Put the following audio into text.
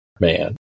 man